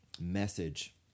message